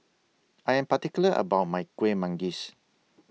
I Am particular about My Kueh Manggis